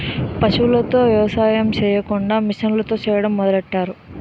పశువులతో ఎవసాయం సెయ్యకుండా మిసన్లతో సెయ్యడం మొదలెట్టారు